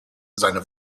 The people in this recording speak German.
seine